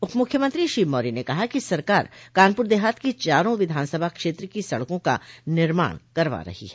उपमुख्यमंत्री श्री मौर्य ने कहा कि सरकार कानपुर देहात की चारों विधानसभा क्षेत्र की सड़कों का निर्माण करवा रही है